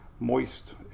moist